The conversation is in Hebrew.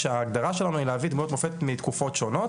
כשההגדרה שלנו היא להביא דמויות מופת מתקופות שונות